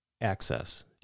access